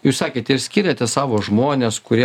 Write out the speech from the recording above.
jūs sakėte ir skiriate savo žmones kurie